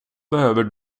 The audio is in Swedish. behöver